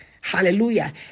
hallelujah